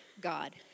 God